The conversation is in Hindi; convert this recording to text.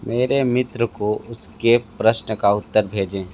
मेरे मित्र को उसके प्रश्न का उत्तर भेजें